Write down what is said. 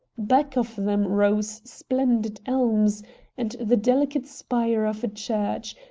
back of them rose splendid elms and the delicate spire of a church,